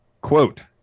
quote